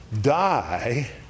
die